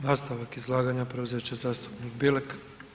Nastavak izlaganja preuzet će zastupnik Bilek.